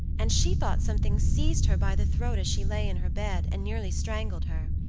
and she thought something seized her by the throat as she lay in her bed, and nearly strangled her.